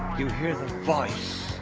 you hear the voice.